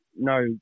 no